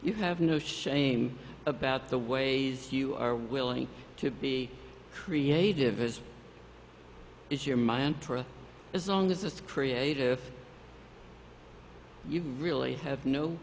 you have no shame about the way you are willing to be creative it is your mantra as long as it's creative if you really have no